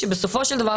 שבסופו של דבר,